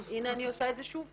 והנה אני עושה את זה שוב.